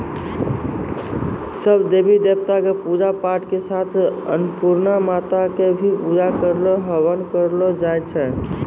सब देवी देवता कॅ पुजा पाठ के साथे अन्नपुर्णा माता कॅ भी पुजा आरो हवन करलो जाय छै